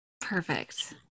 Perfect